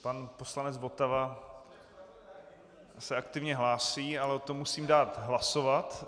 Pan poslanec Votava se aktivně hlásí, ale o tom musím dát hlasovat.